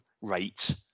rate